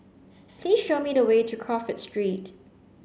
please show me the way to Crawford Street